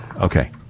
Okay